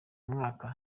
mwaka